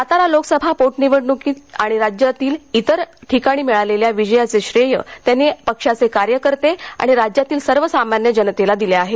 सातारा लोकसभा पोटनिवडण्क आणि राज्यातील इतर ठिकाणी मिळालेल्या विजयाचे श्रेय त्यांनी पक्षाचे कार्यकर्ते आणि राज्यातील सर्व सामान्य जनतेला दिलं आहे